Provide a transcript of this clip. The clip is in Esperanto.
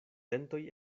dentoj